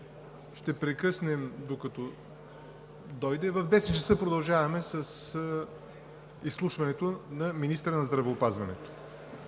ще прекъснем докато дойде. В 10,00 ч. продължаваме с изслушването на министъра на здравеопазването.